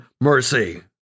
mercy